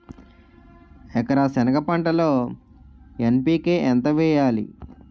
ఎకర సెనగ పంటలో ఎన్.పి.కె ఎంత వేయాలి?